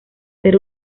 ser